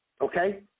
okay